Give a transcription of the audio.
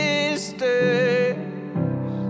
Sisters